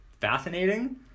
fascinating